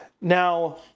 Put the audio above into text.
Now